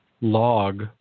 log